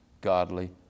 godly